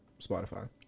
Spotify